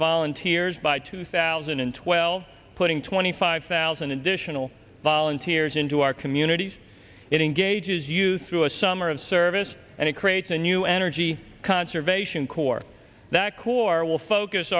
volunteers by two thousand and twelve putting twenty five thousand additional volunteers into our communities it engages you through a summer of service and it creates a new energy conservation corps that core will focus